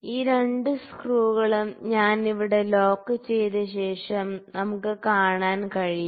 ഈ രണ്ട് സ്ക്രൂകളും ഞാൻ ഇവിടെ ലോക്ക് ചെയ്ത ശേഷം നമുക്ക് കാണാൻ കഴിയും